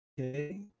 okay